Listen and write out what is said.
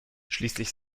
schließlich